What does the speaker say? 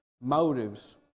motives